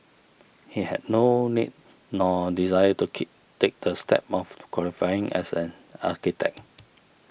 he had no need nor desire to keep take the step of qualifying as an architect